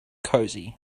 cosy